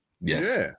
Yes